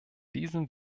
diesem